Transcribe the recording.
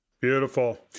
Beautiful